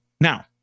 Now